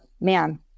man